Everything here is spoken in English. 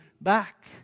back